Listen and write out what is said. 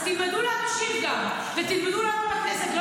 אז תלמדו להקשיב, גם, ותלמדו לעבוד בכנסת.